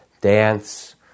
dance